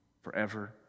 forever